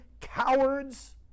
cowards